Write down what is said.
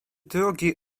drugi